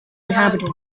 inhabited